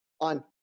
on